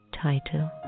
title